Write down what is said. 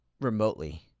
remotely